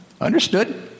understood